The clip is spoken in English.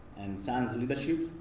and science leadership.